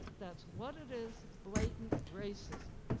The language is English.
that's what it is, blatant racism.